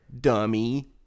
dummy